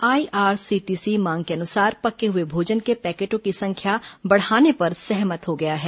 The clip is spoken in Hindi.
आईआरसीटीसी मांग के अनुसार पके हुए भोजन के पैकेटों की संख्या बढ़ाने पर सहमत हो गया है